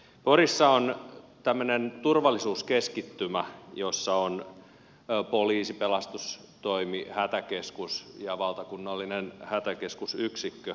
porissa on tämmöinen turvallisuuskeskittymä jossa on poliisi pelastustoimi hätäkeskus ja valtakunnallinen hätäkeskusyksikkö